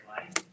life